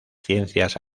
ciencias